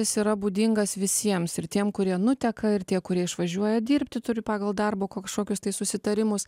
jis yra būdingas visiems ir tiem kurie nuteka ir tie kurie išvažiuoja dirbti turi pagal darbo ko kažkokius tai susitarimus